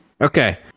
Okay